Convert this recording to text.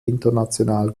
international